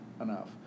enough